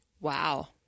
Wow